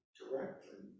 directly